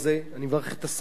אני מברך את השרה,